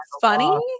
funny